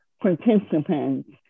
participants